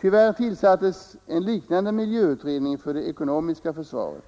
Tyvärr tillsattes en liknande miljöutredning för det ekonomiska försvaret